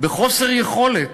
בחוסר יכולת,